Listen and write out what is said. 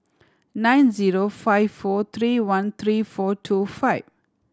nine zero five four three one three four two five